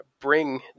bring